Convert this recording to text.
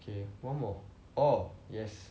okay one more oh yes